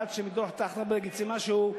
עד שמדוח-טרכטנברג יצא משהו,